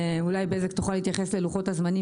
אולי בזק תוכל להתייחס ללוחות הזמנים